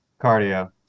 Cardio